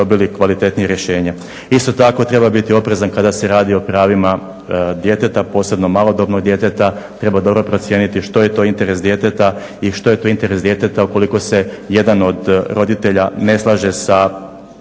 dobili kvalitetnije rješenje. Isto tako treba biti oprezan kada se radi o pravima djeteta posebno malodobnog djeteta. Treba dobro procijeniti što je to interes djeteta i što je to interes djeteta ukoliko se jedan od roditelja ne slaže sa